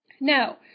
Now